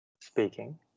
speaking